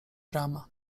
brama